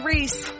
Reese